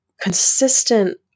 consistent